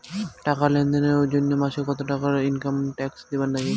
টাকা লেনদেন এর জইন্যে মাসে কত টাকা হামাক ট্যাক্স দিবার নাগে?